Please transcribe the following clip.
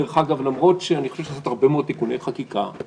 למרות שאני חושב שצריך הרבה מאוד תיקוני חקיקה,